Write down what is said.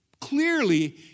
clearly